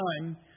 time